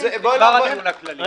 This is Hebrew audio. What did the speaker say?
נגמר הדיון הכללי.